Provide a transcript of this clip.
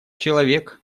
человек